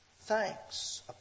Thanks